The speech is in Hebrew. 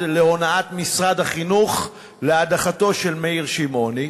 להונאת משרד החינוך להדחתו של מאיר שמעוני?